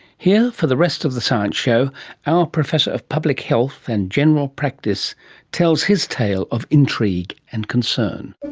here for the rest of the science show our professor of public health and general practice tells his tale of intrigue and concern.